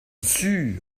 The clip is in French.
sûr